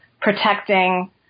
protecting